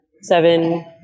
seven